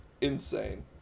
insane